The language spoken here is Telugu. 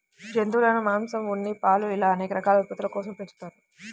జంతువులను మాంసం, ఉన్ని, పాలు ఇలా అనేక రకాల ఉత్పత్తుల కోసం పెంచుతారు